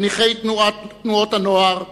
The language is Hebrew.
חניכי תנועות הנוער,